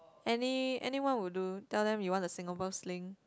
any anyone would do tell them you want a Singapore Sling